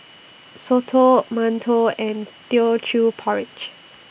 Soto mantou and Teochew Porridge